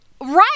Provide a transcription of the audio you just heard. Right